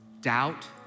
doubt